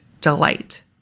delight